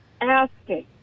asking